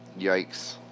Yikes